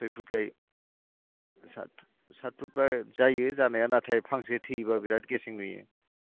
सय फुट गाय साट साट फुटबा जायो जानाया नाथाय फांसे थैयोबा बिराथ गेसें नुयो